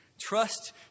Trust